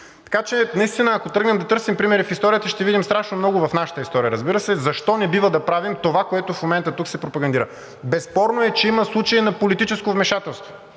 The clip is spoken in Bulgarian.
Така че, ако наистина тръгнем да търсим примери в историята, ще видим страшно много в нашата история, разбира се, защо не бива да правим това, което в момента тук се пропагандира. Безспорно е, че има случаи на политическо вмешателство